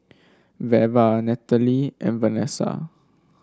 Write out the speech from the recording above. Veva Natalee and Vanessa